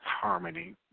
harmony